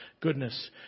goodness